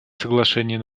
соглашений